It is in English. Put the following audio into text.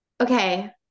okay